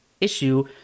issue